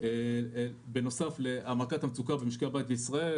בנוסף להעמקת המצוקה במשקי הבית בישראל,